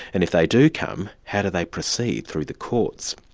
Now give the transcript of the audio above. and if they do come, how do they proceed through the courts.